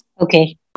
Okay